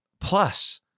plus